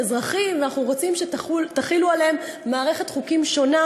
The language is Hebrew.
אזרחים ואנחנו רוצים שתחילו עליהם מערכת חוקים שונה